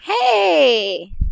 Hey